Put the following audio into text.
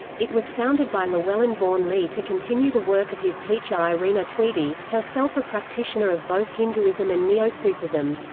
it was founded by llewellyn vaughan-lee to continue the work of his teacher irina tweedie, herself a practitioner of both hinduism and neo-sufism.